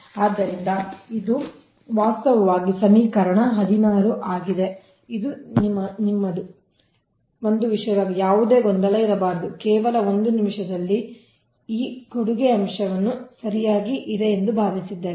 ಆದ್ದರಿಂದ ಇದು ವಾಸ್ತವವಾಗಿ ಸಮೀಕರಣ 16 ಆಗಿದೆ ಇದು ನಿಮ್ಮದು ಇದು ನಿಮ್ಮ 1 ವಿಷಯವಾಗಿದೆ ಯಾವುದೇ ಗೊಂದಲ ಇರಬಾರದು ಕೇವಲ ಒಂದು ನಿಮಿಷದಲ್ಲಿ ಈ ಕೊಡುಗೆ ಅಂಶವನ್ನು ಸರಿಯಾಗಿ ಇರಿಸಿದೆ